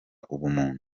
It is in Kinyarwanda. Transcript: ubuntu